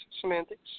semantics